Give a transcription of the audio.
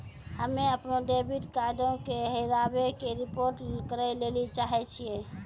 हम्मे अपनो डेबिट कार्डो के हेराबै के रिपोर्ट करै लेली चाहै छियै